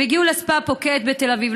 הם הגיעו לספא פוקט בתל אביב,